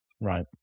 Right